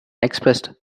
expressed